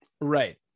Right